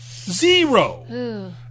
Zero